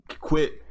quit